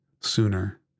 sooner